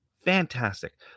Fantastic